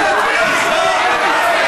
שיצביע עכשיו.